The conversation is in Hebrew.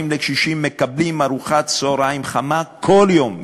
לקשישים מקבלים ארוחת צהריים חמה בכל יום.